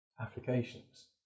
applications